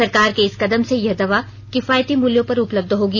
सरकार के इस कदम से यह दवा किफायती मूल्यों पर उपलब्ध होगी